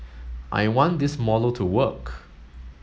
I want this model to work